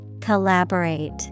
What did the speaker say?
Collaborate